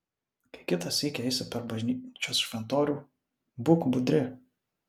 kai kitą sykį eisi per bažnyčios šventorių būk budri